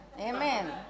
Amen